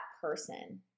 person